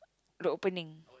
the opening